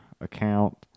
account